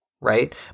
right